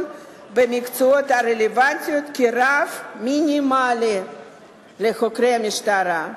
במקצועות הרלוונטיים כרף מינימלי לחוקרי המשטרה.